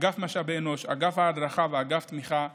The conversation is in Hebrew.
אגף משאבי אנוש, אגף ההדרכה ואגף תמיכה לוגיסטית.